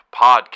Podcast